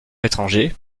étranger